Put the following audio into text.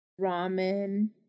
ramen